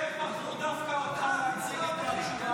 איך בחרו דווקא אותם להציג את התשובה?